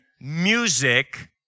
music